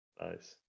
Nice